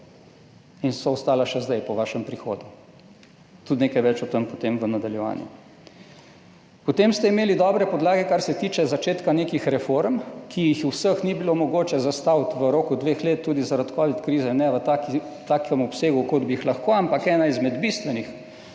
in so še zdaj ostala po vašem prihodu. Nekaj več o tem tudi potem v nadaljevanju. Potem ste imeli dobre podlage za začetek nekih reform, vseh ni bilo mogoče zastaviti v roku dveh let, tudi zaradi covid krize, ne v takem obsegu, kot bi jih lahko, ampak ena izmed bistvenih